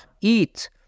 eat